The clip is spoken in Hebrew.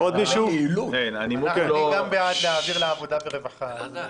אני גם בעד להעביר לוועדת העבודה והרווחה.